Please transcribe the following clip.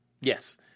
yes